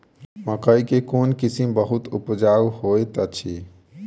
मकई केँ कोण किसिम बहुत उपजाउ होए तऽ अछि?